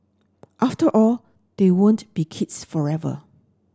after all they won't be kids forever